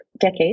decade